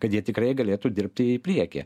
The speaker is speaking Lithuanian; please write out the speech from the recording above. kad jie tikrai galėtų dirbti į priekį